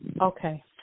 Okay